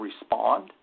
respond